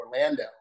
Orlando